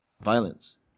violence